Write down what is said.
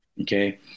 Okay